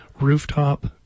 rooftop